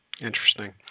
Interesting